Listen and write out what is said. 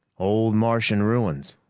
old martian ruins.